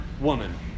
woman